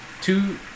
Two